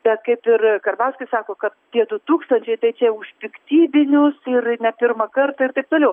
bet kaip ir karbauskis sako kad tie du tūkstančiai tai čia už piktybinius ir ne pirmą kartą ir taip toliau